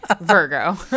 Virgo